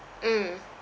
mm